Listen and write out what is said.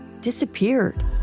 disappeared